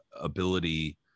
ability